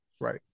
right